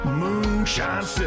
moonshine